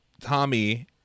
Tommy